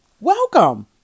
Welcome